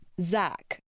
Zach